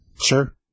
Sure